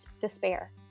despair